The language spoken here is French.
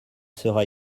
sera